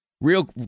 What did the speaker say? Real